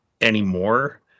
anymore